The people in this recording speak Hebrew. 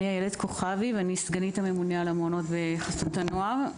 אני סגנית הממונה על המעונות בחסות הנוער.